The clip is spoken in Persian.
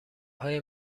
های